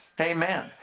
Amen